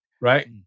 right